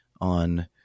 on